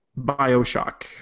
Bioshock